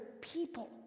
people